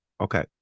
Okay